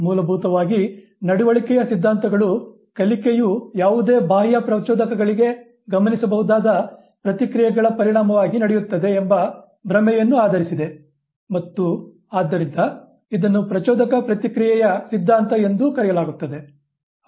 ಮೂಲಭೂತವಾಗಿ ನಡವಳಿಕೆಯ ಸಿದ್ಧಾಂತಗಳು ಕಲಿಕೆಯು ಯಾವುದೇ ಬಾಹ್ಯ ಪ್ರಚೋದಕಗಳಿಗೆ ಗಮನಿಸಬಹುದಾದ ಪ್ರತಿಕ್ರಿಯೆಗಳ ಪರಿಣಾಮವಾಗಿ ನಡೆಯುತ್ತದೆ ಎಂಬ ಪ್ರಮೇಯವನ್ನು ಆಧರಿಸಿದೆ ಮತ್ತು ಆದ್ದರಿಂದ ಇದನ್ನು ಪ್ರಚೋದಕ ಪ್ರತಿಕ್ರಿಯೆ ಸಿದ್ಧಾಂತ ಎಂದೂ ಕರೆಯಲಾಗುತ್ತದೆ